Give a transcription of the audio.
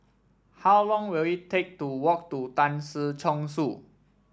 how long will it take to walk to Tan Si Chong Su